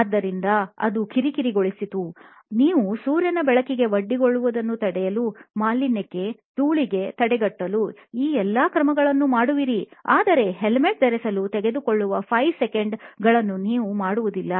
ಆದ್ದರಿಂದ ಅದು ಕಿರಿಕಿರಿಗೊಳಿಸಿತು ನೀವು ಸೂರ್ಯನ ಬೆಳಕಿಗೆ ಒಡ್ಡಿಕೊಳ್ಳುವುದನ್ನು ತಡೆಯಲು ಮಾಲಿನ್ಯಕ್ಕೆ ಧೂಳಿಗೆ ತಡೆಗಟ್ಟಲು ಈ ಎಲ್ಲಾ ಕ್ರಮಗಳನ್ನೂ ಮಾಡುವಿರಿ ಆದರೆ ಹೆಲ್ಮೆಟ್ ಧರಿಸಲು ತೆಗೆದುಕೊಳ್ಳುವ 5 ಸೆಕೆಂಡುಗಳನ್ನು ನೀವು ಮಾಡುವುದಿಲ್ಲ